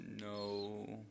No